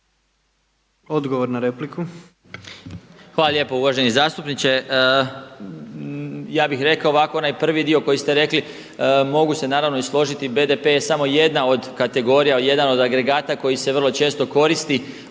Odgovor na repliku.